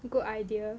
good idea